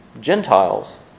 Gentiles